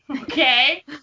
okay